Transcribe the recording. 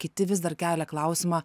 kiti vis dar kelia klausimą